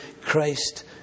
Christ